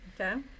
okay